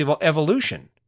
evolution